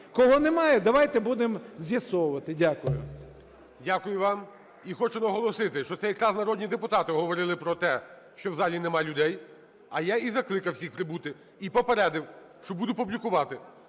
Кого немає, давайте будемо з'ясовувати. Дякую. ГОЛОВУЮЧИЙ. Дякую вам. І хочу наголосити, що це якраз народні депутати говорили про те, що в залі немає людей. А я і закликав всіх прибути, і попередив, що буду публікувати.